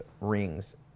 Rings